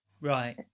Right